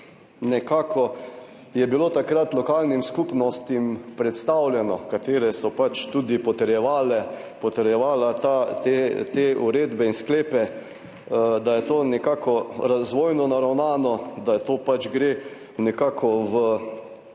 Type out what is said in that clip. nekako je bilo takrat lokalnim skupnostim predstavljeno, katere so pač tudi potrjevale ta te uredbe in sklepe, da je to nekako razvojno naravnano, da to pač gre nekako v večje